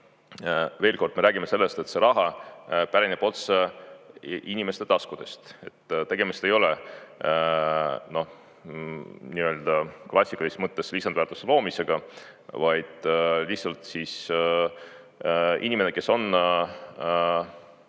veel kord, me räägime sellest, et see raha pärineb otse inimeste taskutest. Tegemist ei ole nii-öelda klassikalises mõttes lisandväärtuse loomisega, vaid lihtsalt inimene, kes on